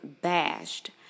bashed